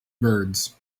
birds